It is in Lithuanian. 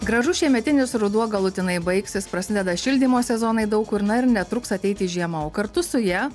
gražus šiemetinis ruduo galutinai baigsis prasideda šildymo sezonai daug kur na ir netruks ateiti žiema o kartu su ja